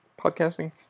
podcasting